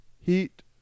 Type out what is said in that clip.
Heat